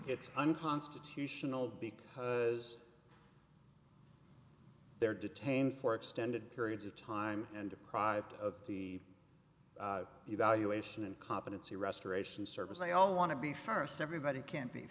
it's unconstitutional because they were detained for extended periods of time and deprived of the evaluation and competency restoration service they all want to be first everybody can't be